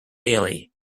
daily